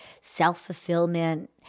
self-fulfillment